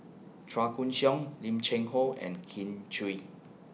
Chua Koon Siong Lim Cheng Hoe and Kin Chui